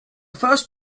first